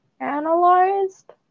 analyzed